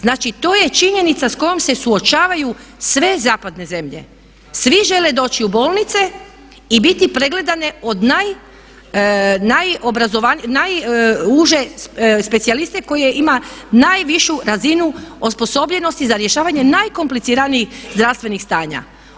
Znači to je činjenica s kojom se suočavaju sve zapadne zemlje, svi žele doći u bolnice i biti pregledane od najuže specijaliste koje ima najvišu razinu osposobljenosti za rješavanje najkompliciranijih zdravstvenih stanja.